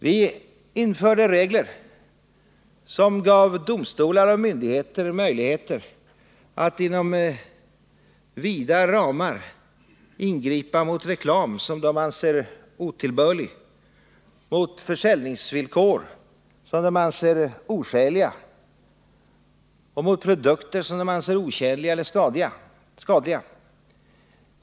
Vi införde regler som gav domstolar och myndigheter möjligheter att inom vida ramar ingripa mot reklam som de anser otillbörlig, mot försäljningsvillkor som de anser oskäliga och mot produkter som de anser otjänliga eller skadliga.